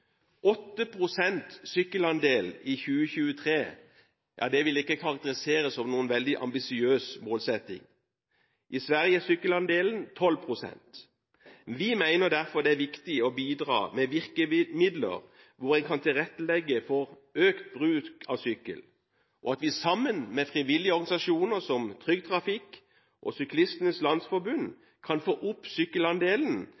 er sykkelandelen 12 pst. Vi mener derfor det er viktig å bidra med virkemidler hvor en kan tilrettelegge for økt bruk av sykkel, og at vi sammen med frivillige organisasjoner som Trygg Trafikk og Syklistenes